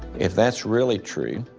if that's really true,